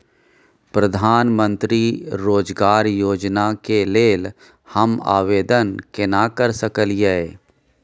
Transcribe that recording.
प्रधानमंत्री रोजगार योजना के लेल हम आवेदन केना कर सकलियै?